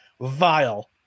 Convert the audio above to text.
vile